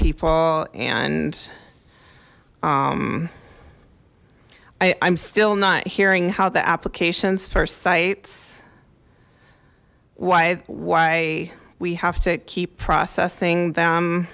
people and i'm still not hearing how the applications for sites why why we have to keep processing them